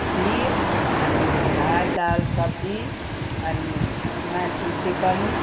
खिर अनि भात दाल सब्जी अनि मासु चिकन